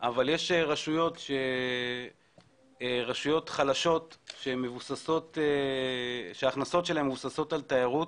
אבל יש רשויות חלשות שההכנסות שלהן מבוססות על תיירות